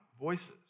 voices